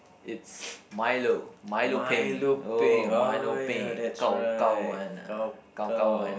it's milo milo peng oh milo peng gao gao one ah gao gao one